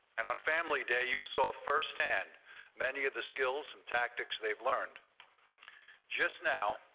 and on family day you saw first hand many of the skills and tactics they've learned just now.